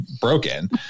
broken